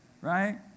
right